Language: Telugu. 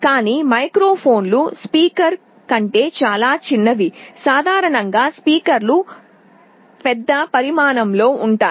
కానీ మైక్రోఫోన్లు స్పీకర్ కంటే చాలా చిన్నవి సాధారణంగా స్పీకర్లు పెద్ద పరిమాణంలో ఉంటాయి